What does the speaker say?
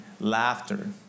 Laughter